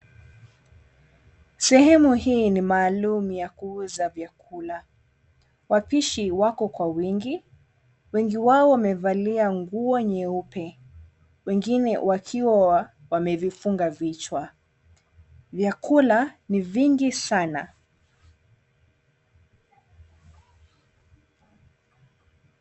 Sehemu hii ni maalumu ya kuuza vyakula. Wapishi wapo kwa wingi, wengi wao wamevalia nguo nyeupe, wengine wakiwa wamevifunga vichwa. Vyakula ni vingi sana.